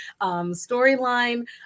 storyline